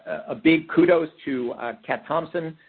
ah big kudos to cat thompson.